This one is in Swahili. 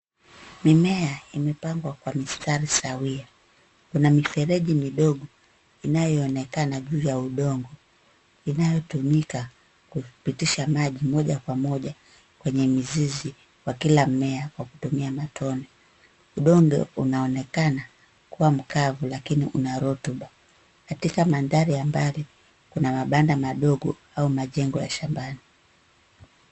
Mimea imepangwa kwa mistari sawia. Kuna mifereji midogo inayoonekana juu ya udongo inayotumika kwa kupitisha maji moja kwa moja kwenye mizizi wa kila mmea kwa kutumia motone. Udongo unaonekana kuwa mkavu lakini una rotuba. Katika mandhari ya mbali, kuna mabanda madogo au majengo ya shambani.